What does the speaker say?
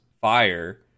Fire